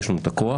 יש לנו את הכוח,